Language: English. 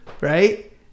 Right